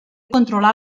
controlar